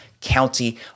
County